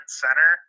center